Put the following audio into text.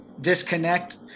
disconnect